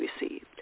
received